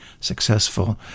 successful